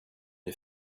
est